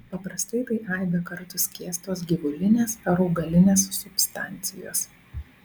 paprastai tai aibę kartų skiestos gyvulinės ar augalinės substancijos